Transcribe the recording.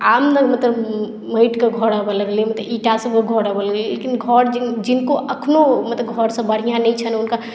आब ने मतलब माटिके घर होवऽ लगलै मतलब ईटा सभक घर होवऽ लगलै लेकिन घर जिनको अखनो घर सभ बढ़ियाँ नहि छनि हुनका